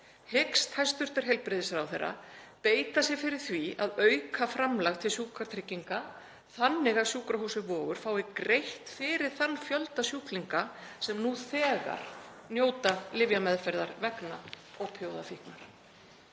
Hyggst hæstv. heilbrigðisráðherra beita sér fyrir því að auka framlag til Sjúkratrygginga þannig að sjúkrahúsið Vogur fái greitt fyrir þann fjölda sjúklinga sem nú þegar nýtur lyfjameðferðar vegna ópíóíðafíknar?